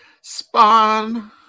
Spawn